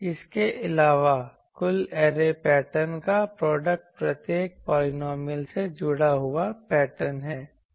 इसके अलावा कुल ऐरे पैटर्न का प्रोडक्ट प्रत्येक पॉलिनॉमियल से जुड़ा हुआ पैटर्न है